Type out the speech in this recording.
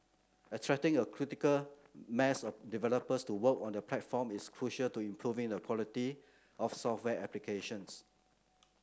attracting a critical mass of developers to work on the platform is crucial to improving the quality of software applications